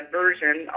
version